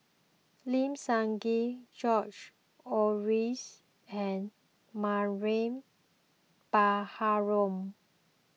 Lim Sun Gee George Oehlers and Mariam Baharom